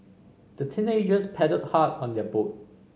the teenagers paddled hard on their boat